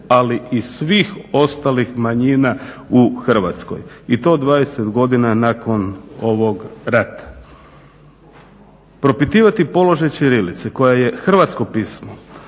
ali i svih ostalih manjina u Hrvatskoj. I to 20 godina nakon ovog rata. Propitivati položaj ćirilice koja je hrvatsko pismo